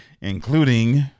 including